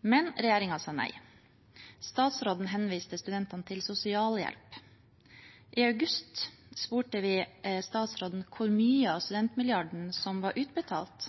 men regjeringen sa nei. Statsråden henviste studentene til sosialhjelp. I august spurte vi statsråden hvor mye av studentmilliarden som var utbetalt,